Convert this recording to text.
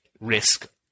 risk